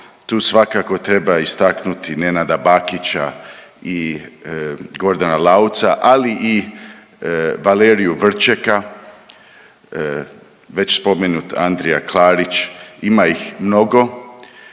Tu svakako treba istaknuti Nenada Bakića i Gordana Lauca ali i Valeriju Vrčeka, već spomenut Andrija Klarić, ima ih mnogo